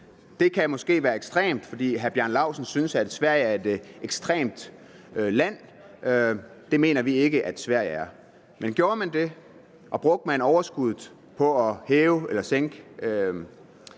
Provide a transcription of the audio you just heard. Det kan måske virke ekstremt, fordi hr. Bjarne Laustsen synes, at Sverige er et ekstremt land. Det mener vi ikke at Sverige er. Men gjorde man det, og brugte man overskuddet på at sænke